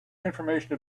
information